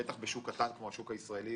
בטח בשוק קטן כמו השוק הישראלי,